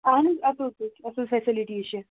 اَہَن حظ اَصٕل پٲٹھۍ اَصٕل فیسَلٹیٖز چھِ